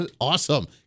awesome